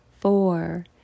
Four